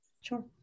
Sure